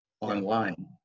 online